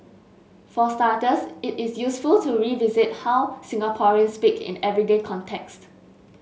for starters it is useful to revisit how Singaporeans speak in everyday context